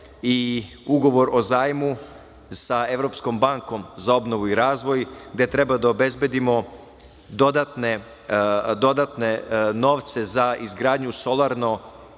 i Ugovor o zajmu sa Evropskom bankom za obnovu i razvoj gde treba da obezbedimo dodatne novce za izgradnju